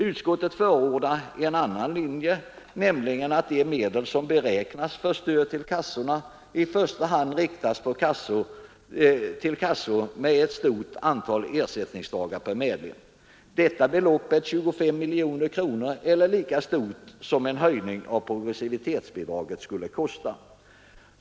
Utskottet förordar en annan linje, nämligen att de medel som beräknas för stöd till kassor i första hand inriktas på kassor med ett stort antal ersättningsdagar per medlem. Detta belopp är 25 miljoner, eller lika mycket som en höjning av progressivbidraget skulle kosta.